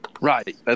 Right